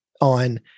on